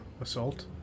assault